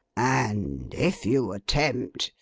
and if you attempt,